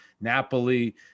Napoli